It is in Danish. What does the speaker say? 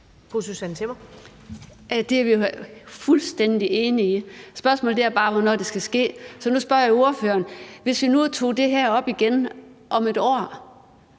Det er vi fuldstændig enige i. Spørgsmålet er bare, hvornår det skal ske. Så nu spørger jeg ordføreren om noget: Hvis vi nu tog det her op igen om 1 år,